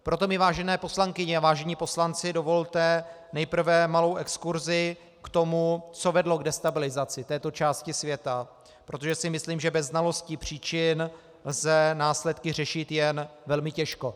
Proto mi, vážené poslankyně a vážení poslanci, dovolte nejprve malou exkurzi k tomu, co vedlo k destabilizaci této části světa, protože si myslím, že bez znalosti příčin lze následky řešit jen velmi těžko.